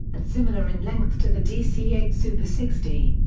and similar in length to the dc eight super sixty.